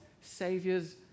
saviors